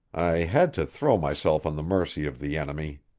i had to throw myself on the mercy of the enemy.